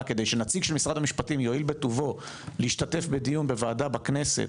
כדי שנציג של משרד המשפטים יואיל בטובו להשתתף בדיון בוועדה בכנסת,